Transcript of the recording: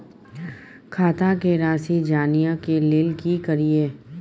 खाता के राशि जानय के लेल की करिए?